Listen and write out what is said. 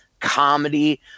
comedy